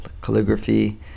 calligraphy